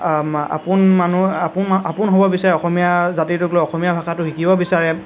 আপোন মানুহ আপোন আপোন হ'ব বিচাৰে অসমীয়া জাতিটোক লৈ আসমীয়া ভাষা শিকিব বিচাৰে